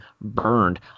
burned